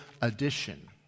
addition